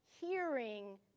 hearing